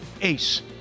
ace